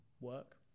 work